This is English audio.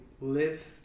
live